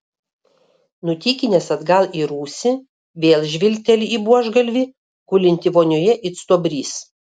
nutykinęs atgal į rūsį vėl žvilgteli į buožgalvį gulintį vonioje it stuobrys